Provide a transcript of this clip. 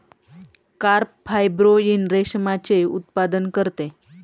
carp fibroin रेशमाचे उत्पादन करते